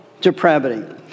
depravity